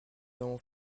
avons